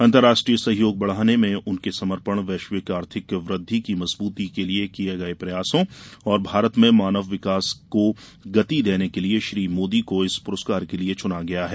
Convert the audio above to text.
अन्तर्राष्ट्रीय सहयोग बढ़ाने में उनके समर्पण वैश्विक आर्थिक वृद्धि की मजबूती के लिए किये गये प्रयासों और भारत में मानव विकास को गति देने के लिए श्री मोदी को इस पूरस्कार के लिए चुना गया है